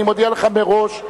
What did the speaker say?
אני מודיע לך מראש,